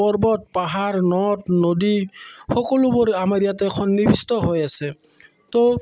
পৰ্বত পাহাৰ নদ নদী সকলোবোৰ আমাৰ ইয়াতে সন্নিৱিষ্ট হৈ আছে তো